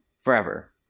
forever